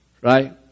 right